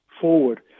forward